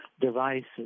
devices